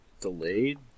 delayed